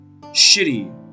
Shitty